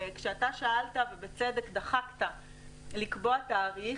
וכשאתה שאלת ובצדק דחקת לקבוע תאריך,